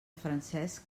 francesc